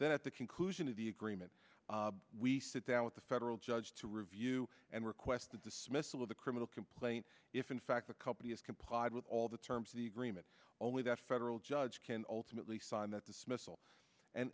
then at the conclusion of the agreement we sit down with the federal judge to review and request the dismissal of the criminal complaint if in fact the company has complied with all the terms of the remit only that federal judge can ultimately sign that this missile and